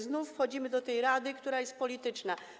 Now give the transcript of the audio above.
Znów wchodzimy do tej rady, która jest polityczna.